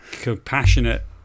compassionate